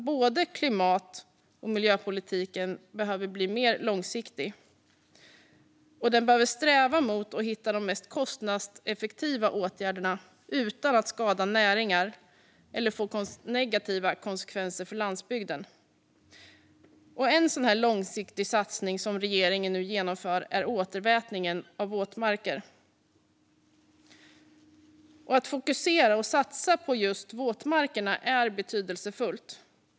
Både klimatpolitiken och miljöpolitiken behöver bli mer långsiktiga, och de behöver sträva mot att hitta de mest kostnadseffektiva åtgärderna utan att skada näringar eller få negativa konsekvenser för landsbygden. En sådan långsiktig satsning som regeringen nu genomför är återvätningen av våtmarker. Att fokusera och satsa på just våtmarkerna är betydelsefullt.